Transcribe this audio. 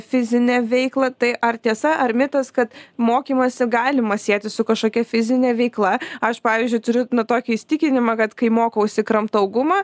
fizinę veiklą tai ar tiesa ar mitas kad mokymąsi galima sieti su kažkokia fizine veikla aš pavyzdžiui turiu na tokį įsitikinimą kad kai mokausi kramtau gumą